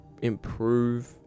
improve